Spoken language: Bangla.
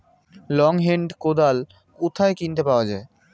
লং হেন্ড কোদাল কোথায় কিনতে পাওয়া যায়?